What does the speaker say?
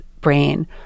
brain